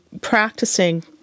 practicing